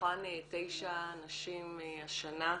מתוכן תשע נשים השנה,